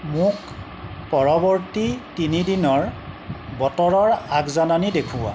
মোক পৰৱৰ্তী তিনি দিনৰ বতৰৰ আগজাননী দেখুওৱা